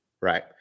Right